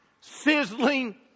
sizzling